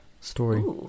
story